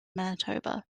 manitoba